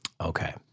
Okay